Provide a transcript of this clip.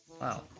Wow